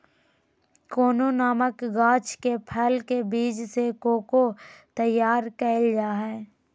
cocoa नामक गाछ के फल के बीज से कोको तैयार कइल जा हइ